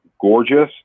gorgeous